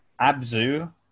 Abzu